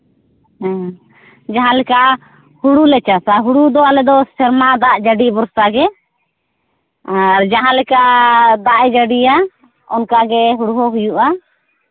ᱦᱮᱸ ᱡᱟᱦᱟᱸ ᱞᱮᱠᱟ ᱦᱳᱲᱳᱞᱮ ᱪᱟᱥᱼᱟ ᱦᱳᱲᱳ ᱫᱚ ᱟᱞᱮᱫᱚ ᱥᱮᱨᱢᱟ ᱫᱟᱜ ᱡᱟᱹᱲᱤ ᱵᱷᱚᱨᱥᱟ ᱜᱮ ᱟᱨ ᱡᱟᱦᱟᱸ ᱞᱮᱠᱟ ᱫᱟᱜ ᱮ ᱡᱟᱹᱲᱤᱭᱟ ᱚᱱᱠᱟᱜᱮ ᱦᱳᱲᱳ ᱦᱚᱸ ᱦᱩᱭᱩᱜᱼᱟ